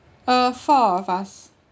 uh four of us